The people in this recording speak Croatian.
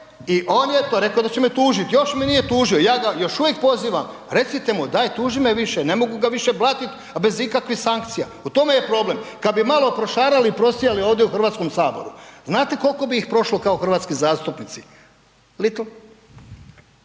i on je to rekao da će me tužiti, još me nije tužio. Ja ga još uvijek pozivam, recite mu, daj tuži me više, ne mogu ga više blatiti, a bez ikakvih sankcija. U tome je problem. Kad bi malo prošarali i prosijali ovdje u HS-u znate koliko bi ih prošli kao hrvatski zastupnici? Little.